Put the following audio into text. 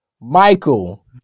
Michael